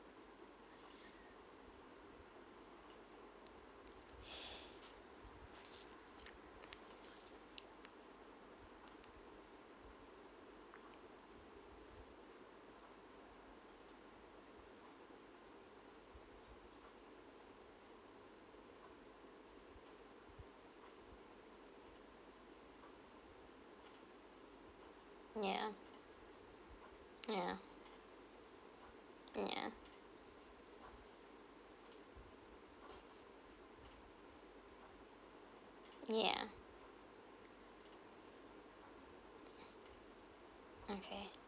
ya ya ya ya okay